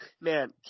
man